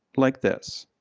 like this.